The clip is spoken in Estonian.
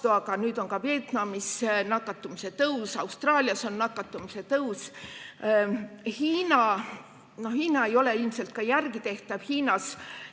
aga nüüd on ka Vietnamis nakatumise tõus, Austraalias on nakatumise tõus. Hiinas toimuv ei ole ilmselt järeletehtav. Hiinas